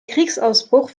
kriegsausbruch